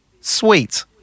sweet